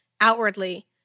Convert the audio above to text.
outwardly